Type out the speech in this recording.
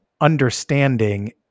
understanding